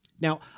Now